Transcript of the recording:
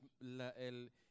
el